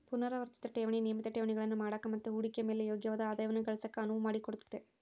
ಪುನರಾವರ್ತಿತ ಠೇವಣಿ ನಿಯಮಿತ ಠೇವಣಿಗಳನ್ನು ಮಾಡಕ ಮತ್ತೆ ಹೂಡಿಕೆಯ ಮೇಲೆ ಯೋಗ್ಯವಾದ ಆದಾಯವನ್ನ ಗಳಿಸಕ ಅನುವು ಮಾಡಿಕೊಡುತ್ತೆ